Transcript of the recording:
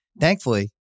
thankfully